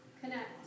connect